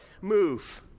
move